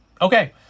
Okay